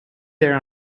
there